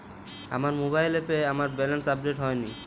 আমার মোবাইল অ্যাপে আমার ব্যালেন্স আপডেট হয়নি